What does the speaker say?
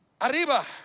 arriba